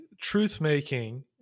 truth-making